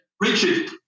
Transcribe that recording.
Richard